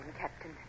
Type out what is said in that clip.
Captain